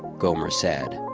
gomer said,